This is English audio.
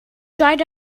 dried